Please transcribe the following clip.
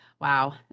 wow